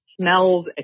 smells